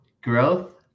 Growth